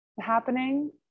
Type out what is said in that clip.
happening